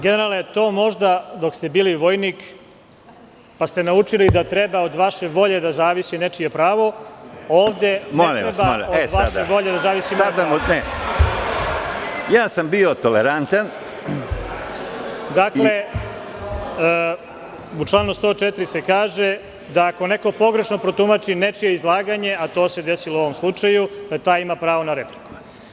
Generale, to možda dok ste bili vojnik, pa ste naučili da od vaše volje treba da zavisi nečije pravo, ovde … (Predsedavajući: Molim vas, bio sam tolerantan.) U članu 104. se kaže da ako neko pogrešno protumači nečije izlaganje, a to se desilo u ovom slučaju, taj ima pravo na repliku.